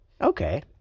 okay